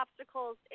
obstacles